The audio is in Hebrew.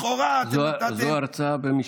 לכאורה אתם נתתם, זו הרצאה במשפט.